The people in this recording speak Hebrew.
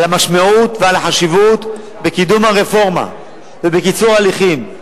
המשמעות והחשיבות בקידום הרפורמה ובקיצור הליכים.